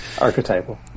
Archetypal